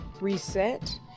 Reset